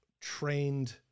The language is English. trained